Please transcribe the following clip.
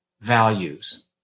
values